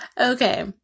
Okay